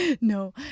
No